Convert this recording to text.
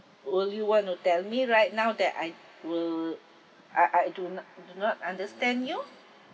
will you want to tell me right now that I will I I do not do not understand you